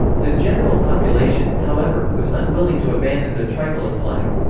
the general population, however, was unwilling to abandon the tricolor flag.